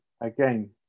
again